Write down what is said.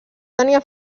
tenia